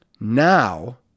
Now